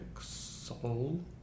soul